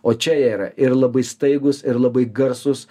o čia jie yra ir labai staigūs ir labai garsūs